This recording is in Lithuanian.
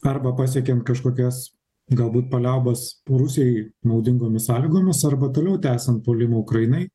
arba pasiekiant kažkokias galbūt paliaubas rusijai naudingomis sąlygomis arba toliau tęsiant puolimą ukrainai